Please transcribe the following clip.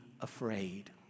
afraid